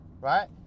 right